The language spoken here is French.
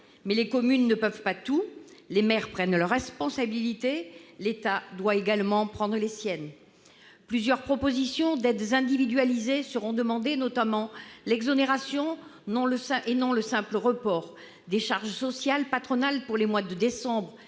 Mais les communes ne peuvent pas tout : les maires prennent leurs responsabilités ; l'État doit également prendre les siennes ! Plusieurs propositions d'aides individualisées seront formulées, notamment l'exonération, et non le simple report, des charges sociales patronales pour les mois de décembre